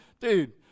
dude